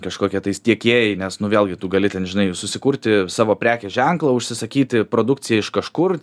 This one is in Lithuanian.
kažkokie tais tiekėjai nes nu vėlgi tu gali ten žinai susikurti savo prekės ženklą užsisakyti produkciją iš kažkur